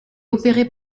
opéré